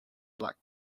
black